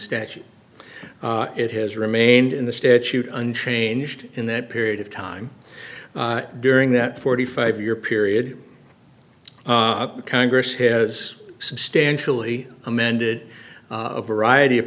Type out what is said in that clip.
statute it has remained in the statute unchanged in that period of time during that forty five year period congress has substantially amended a variety of